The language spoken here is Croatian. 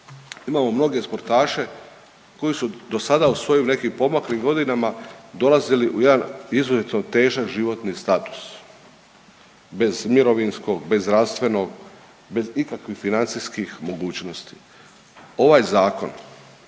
imamo mnoge sportaše koji su do sada u svojim nekim poodmaklim godinama dolazili u jedan izuzetno težak životni status bez mirovinskog, bez zdravstvenog, bez ikakvih financijskih mogućnosti. Ovaj zakon